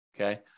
okay